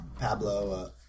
Pablo